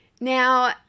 Now